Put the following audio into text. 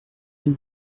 been